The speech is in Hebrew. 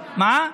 מה?